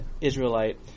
Israelite